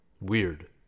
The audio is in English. weird